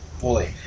Boy